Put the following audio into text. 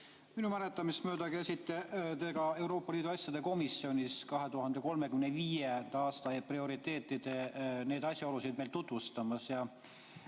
Minu mäletamist mööda käisite te ka Euroopa Liidu asjade komisjonis 2035. aasta prioriteetide asjaolusid meile tutvustamas.